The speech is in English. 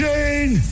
Jane